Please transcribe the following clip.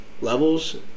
levels